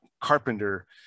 carpenter